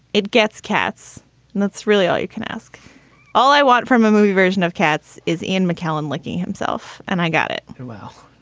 it gets cats and that's really all you can ask all i want from a movie version of cats is ian mckellen licking himself. and i got it. well,